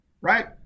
right